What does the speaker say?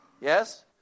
yes